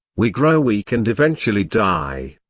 we grow weak and eventually die.